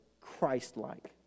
Christ-like